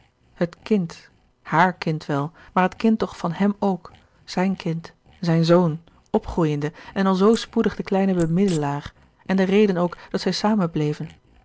het kind haàr kind wel maar het kind toch van hèm ook zijn kind zijn zoon opgroeiende en al zoo spoedig de kleine bemiddelaar en de reden ook dat zij samen bleven